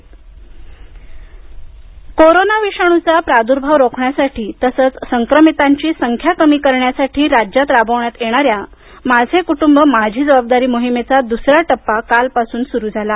माझी जबाबदारी बुलडाणा कोरोना विषाणूचा प्राद्र्भाव रोखण्यासाठी तसेच संक्रमितांची संख्या कमी करण्यासाठी राज्यात राबवण्यात येणार्या माझे कुटुंब माझी जबाबदारी मोहिमेचा द्सरा टप्पा काल पासून सुरू झाला